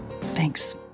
Thanks